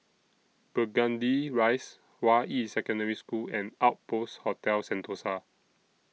Burgundy Rise Hua Yi Secondary School and Outpost Hotel Sentosa